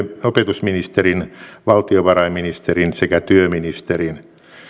opetusministerin valtiovarainministerin sekä työministerin